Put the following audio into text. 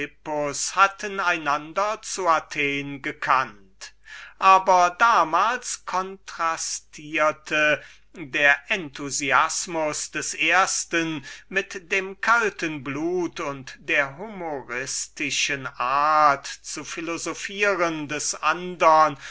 hatten einander zu athen gekannt aber damals kontrastierte der enthusiasmus des ersten mit dem kalten blut und der humoristischen art zu philosophieren des andern